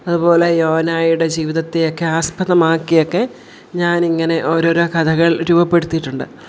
അതുപോലെ യോനായുടെ ജീവിതത്തെയൊക്കെ ആസ്പദമാക്കിയൊക്കെ ഞാനിങ്ങനെ ഓരോരോ കഥകൾ രൂപപ്പെടുത്തിയിട്ടുണ്ട്